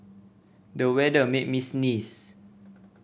the weather made me sneeze